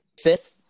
fifth